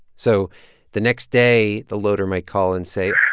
so the next day, the loader might call and say.